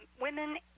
women